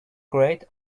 grayed